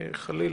חלילה.